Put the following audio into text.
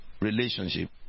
relationship